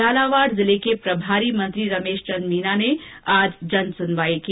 झालावाड़ जिले के प्रभारी मंत्री रमेश चंद मीना ने आज जन सुनवाई की